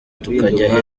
tukajya